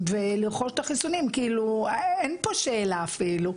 בגלל זה אני אסכם ואני אגיד כך, אנחנו